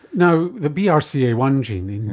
now, the b r c a one gene,